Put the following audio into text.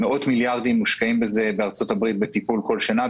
מאות מיליארדים מושקעים בזה בארצות הברית בטיפול בכל שנה.